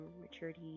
maturity